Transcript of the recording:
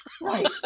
Right